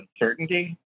uncertainty